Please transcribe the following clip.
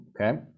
okay